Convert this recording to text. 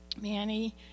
Manny